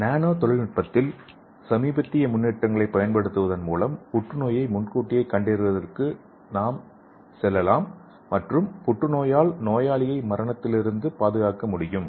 நானோ தொழில்நுட்பத்தில் சமீபத்திய முன்னேற்றங்களைப் பயன்படுத்துவதன் மூலம் புற்றுநோயை முன்கூட்டியே கண்டறியலாம் மற்றும் புற்று நோயாளியை மரணத்திலிருந்து பாதுகாக்க முடியும்